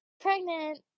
pregnant